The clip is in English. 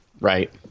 Right